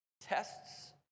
tests